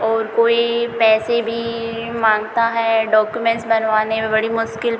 और कोई पैसे भी माँगता है डॉक्युमेंस बनवाने में बड़ी मुश्किल